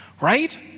Right